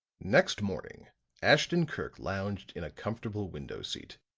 next morning ashton-kirk lounged in a comfortable window-seat,